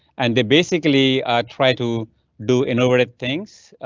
and they basically try to do innovative things.